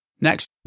Next